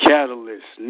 Catalyst